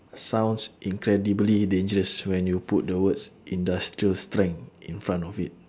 sounds incredibly dangerous when you put the words industrial strength in front of it